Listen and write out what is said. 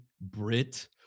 Brit